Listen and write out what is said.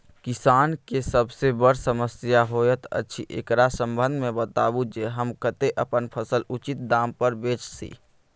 किसान के सबसे बर समस्या होयत अछि, एकरा संबंध मे बताबू जे हम कत्ते अपन फसल उचित दाम पर बेच सी?